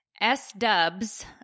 S-dubs